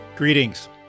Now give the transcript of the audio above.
Greetings